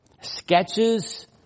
sketches